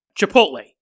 Chipotle